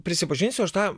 prisipažinsiu aš tą